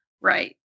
Right